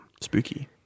spooky